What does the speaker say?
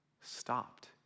stopped